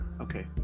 Okay